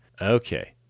Okay